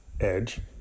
Edge